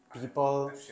people